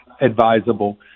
advisable